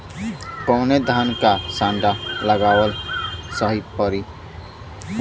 कवने धान क संन्डा लगावल सही परी हो?